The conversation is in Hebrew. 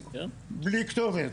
אין כתובת,